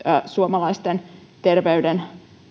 suomalaisten terveyden